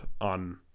on